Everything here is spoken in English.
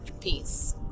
peace